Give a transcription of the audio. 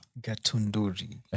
Gatunduri